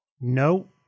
No